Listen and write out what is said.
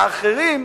האחרים,